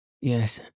Yes